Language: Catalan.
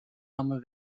home